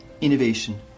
innovation